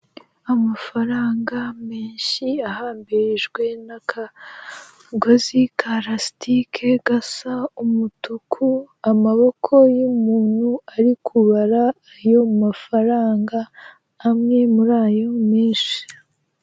Amafaranga menshi ahambirijwe n'akagozi ka lasitike gasa umutuku, amaboko y'umuntu ari kubara ayo mafaranga amwe muri ayo menshi.